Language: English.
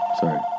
Sorry